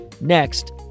Next